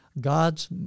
God's